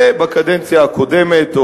ובקדנציה הקודמת,